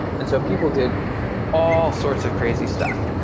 and so people did all sorts of crazy stuff